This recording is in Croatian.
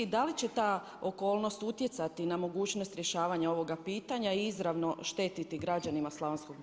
Da li će ta okolnost utjecati na mogućnost rješavanja ovoga pitanja i izravno štetiti građanima Slavonskog Broda.